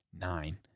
nine